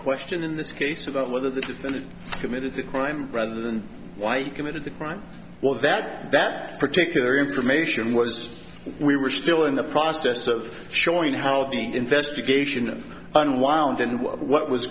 question in this case about whether the defendant committed the crime rather than why you committed the crime or that that particular information was we were still in the process of showing how the investigation unwound and what was